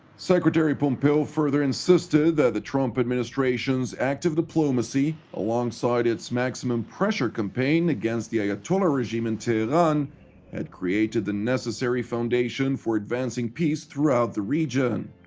secretary pompeo further insisted that the trump administration's active diplomacy alongside its maximum pressure campaign against the ayatollah regime in tehran had created the necessary foundation for advancing peace throughout the volatile region.